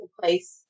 place